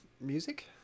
music